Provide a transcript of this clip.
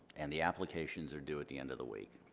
and the applications are due at the end of the week.